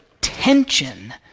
tension